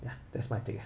ya that's my thing ah